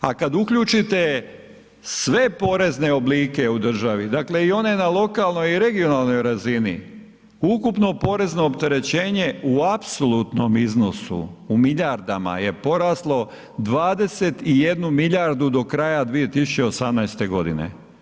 A kada uključite sve porezne oblike u državi, dakle i one na lokalnoj i regionalnoj razini, ukupno porezno opterećenje u apsolutnom iznosu u milijardama je poraslo 21 milijardu do kraja 2018. godine.